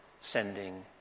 sending